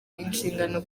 inshingano